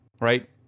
right